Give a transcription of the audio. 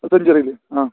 സെഞ്ച്വറിയിൽ ആ